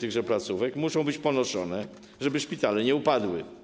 tychże placówek, muszą być ponoszone, żeby szpitale nie upadły.